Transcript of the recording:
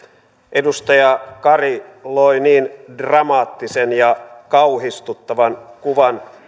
edustaja kari loi niin dramaattisen ja kauhistuttavan kuvan